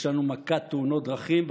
יש לנו מכת תאונות דרכים.